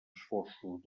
esforços